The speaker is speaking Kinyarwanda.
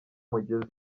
mugeze